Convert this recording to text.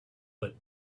but